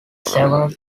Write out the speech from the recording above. several